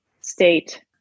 state